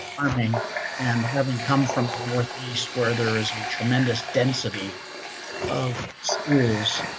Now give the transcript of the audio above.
farming and having come from the northeast, where there is a tremendous density of schools.